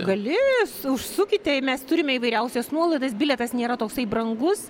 galės užsukite ir mes turime įvairiausias nuolaidas bilietas nėra toksai brangus